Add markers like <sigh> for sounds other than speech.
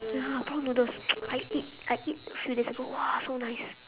ya prawn noodles <noise> I eat I eat few days ago !wah! so nice